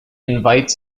invites